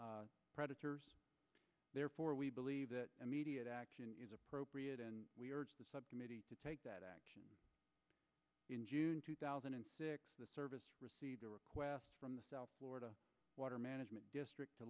of predators therefore we believe that immediate action is appropriate and we urge the subcommittee to take that action in june two thousand and six the service received a request from the south florida water management district to